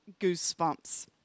goosebumps